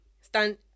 stand